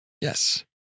Yes